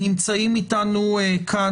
נמצאים איתנו כאן,